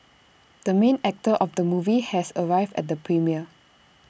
the main actor of the movie has arrived at the premiere